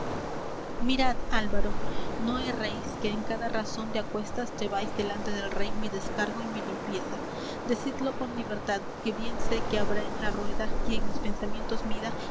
mirad álvaro no erréis que en cada razón de aquestas lleváis delante del rey mi descargo y mi limpieza decidlo con libertad que bien sé que habrá en la rueda quien mis pensamientos mida